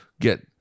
get